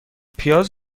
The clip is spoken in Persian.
پیاز